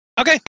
Okay